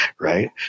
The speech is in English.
Right